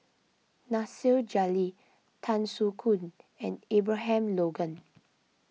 Nasir Jalil Tan Soo Khoon and Abraham Logan